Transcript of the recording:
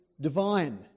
divine